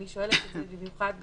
אני שואלת את זה במיוחד אותך,